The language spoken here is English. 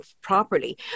properly